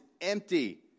empty